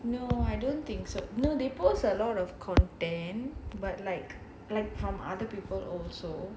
no I don't think so no they pose a lot of content but like like from other people also